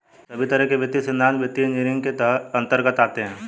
सभी तरह के वित्तीय सिद्धान्त वित्तीय इन्जीनियरिंग के अन्तर्गत आते हैं